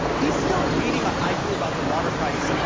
he's still reading a haiku about the water crisis and